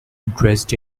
dressed